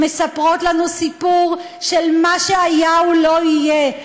מספרות לנו סיפור של מה שהיה הוא לא יהיה.